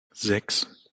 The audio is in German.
sechs